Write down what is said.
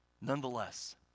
Nonetheless